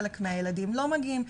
חלק מהילדים לא מגיעים,